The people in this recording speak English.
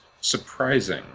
surprising